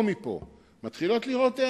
הידיים מתחילות לרעוד.